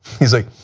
he is like,